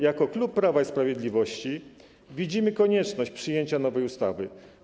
Jako klub Prawa i Sprawiedliwości widzimy konieczność przyjęcia nowej ustawy.